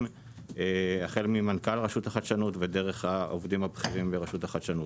החל ממנכ"ל רשות החדשנות ודרך העובדים הבכירים ברשות החדשנות.